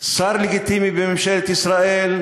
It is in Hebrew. שר לגיטימי בממשלת ישראל,